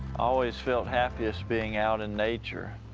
always felt happiest being out in nature.